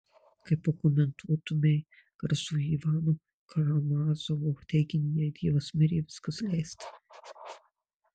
kaip pakomentuotumei garsųjį ivano karamazovo teiginį jei dievas mirė viskas leista